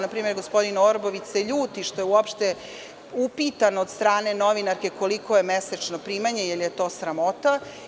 Na primer, gospodin Orbović se ljuti što je uopšte upitan od strane novinarke koliko je mesečno primanje, jer je to sramota.